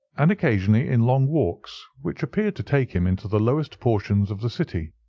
and occasionally in long walks, which appeared to take him into the lowest portions of the city.